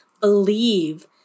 believe